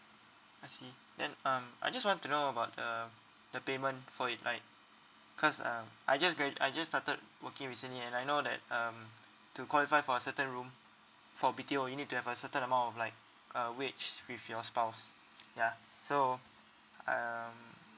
I see then um I just want to know about uh the payment for it right cause um I just goin~ I just started working recently and I know that um to qualify for a certain room for B_T_O you need to have a certain amount of like a wage with your spouse ya so um